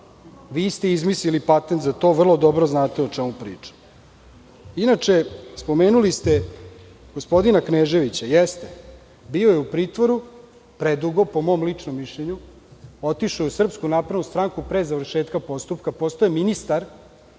Vi ste izmislili patent za to, vrlo dobro znate o čemu pričam. Inače, spomenuli ste gospodina Kneževića. Jeste, bio je u pritvoru predugo, po mom ličnom mišljenju, otišao je u SNS pre završetka postupka, postao je ministar